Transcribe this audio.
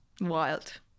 Wild